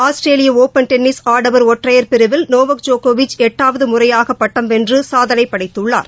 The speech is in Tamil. ஆஸ்திரேலிய ஒபள் டென்னிஸ் ஆடவர் ஒற்றையர் பிரிவில் நோவக் ஜோகோவிச் எட்டாவது முறையாக பட்டம் வென்று சாதனை படைத்துள்ளார்